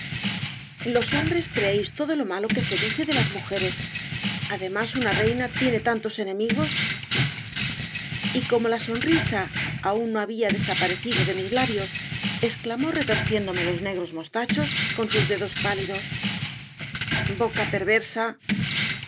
los hombres creéis todo lo malo que se dice de las mujeres además una reina tiene tantos enemigos y como la sonrisa aún no había desapare cido de mis labios exclamó retorciéndome los negros mostachos con sus dedos páli dos boca perversa